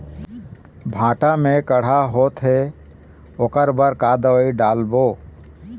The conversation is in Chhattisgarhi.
भांटा मे कड़हा होअत हे ओकर बर का दवई ला डालबो?